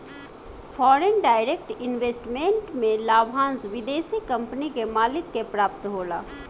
foreign direct investment में लाभांस विदेशी कंपनी के मालिक के प्राप्त होला